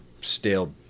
stale